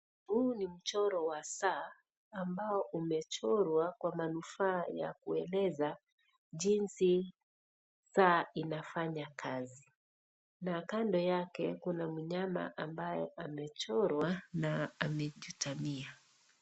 Huu ni mchoro wa saa ambao umechorwa kwa manufaa ya kueleza jinsi saa inafanya kazi na kando yake kuna mnyama ambaye amechorwa na amejitamia.